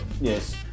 Yes